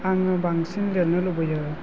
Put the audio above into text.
आङो बांसिन लिरनो लुबैयो